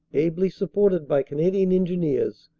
ably supported by canadian engineers,